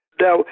Now